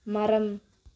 மரம்